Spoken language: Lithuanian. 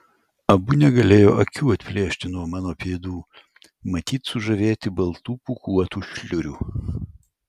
abu negalėjo akių atplėšti nuo mano pėdų matyt sužavėti baltų pūkuotų šliurių